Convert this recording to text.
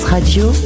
Radio